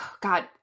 God